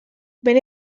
behin